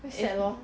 is sad lor